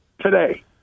Today